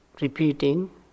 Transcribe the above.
repeating